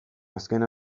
azken